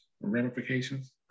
Ramifications